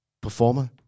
Performer